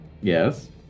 Yes